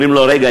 אומרים לו: רגע,